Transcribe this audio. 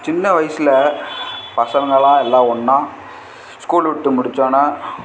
சின்ன வயசில் பசங்களாம் எல்லாம் ஒன்றா ஸ்கூல் விட்டு முடிச்சோடனே